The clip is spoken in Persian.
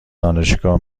دانشگاه